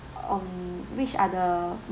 um which are the